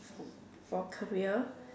for for career